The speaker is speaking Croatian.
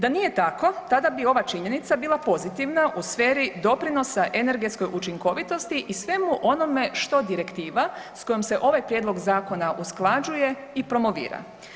Da nije tako tada bi ova činjenica bila pozitivna u sferi doprinosa energetskoj učinkovitosti i svemu onome što direktiva s kojom se ovaj Prijedlog zakona usklađuje i promovira.